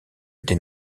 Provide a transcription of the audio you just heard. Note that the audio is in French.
des